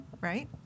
right